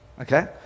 Okay